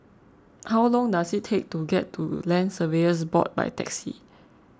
how long does it take to get to Land Surveyors Board by taxi